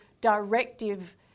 directive